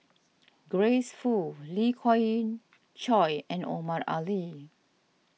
Grace Fu Lee Khoon Choy and Omar Ali